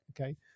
okay